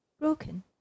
broken